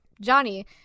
Johnny